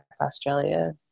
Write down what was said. Australia